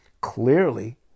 clearly